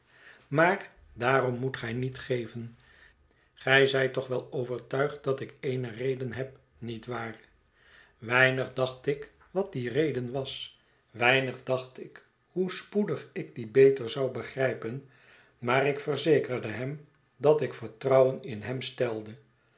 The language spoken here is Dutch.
maar daarom moet gij niet geven gij zijt toch wel overtuigd dat ik eene reden heb niet waar weinig dacht ik wat die reden was weinig dacht ik hoe spoedig ik die beter zou begrijpen maar ik verzekerde hem dat ik vertrouwen in hem stelde